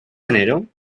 enero